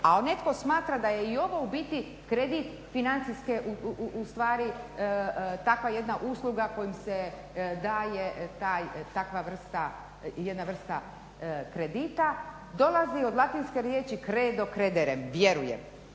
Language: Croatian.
a netko smatra da je i ovo u biti kredit financijske u stvari, takva jedna usluga kojom se daje takva vrsta, jedna vrsta kredita. Dolazi od latinske riječi credo, crederem vjerujem.